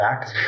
back